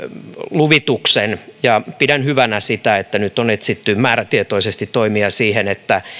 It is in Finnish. luvituksen ja pidän hyvänä sitä että nyt on etsitty määrätietoisesti toimia siihen että